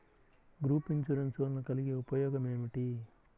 Group insurance వలన కలిగే ఉపయోగమేమిటీ?